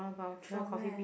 from where